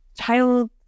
child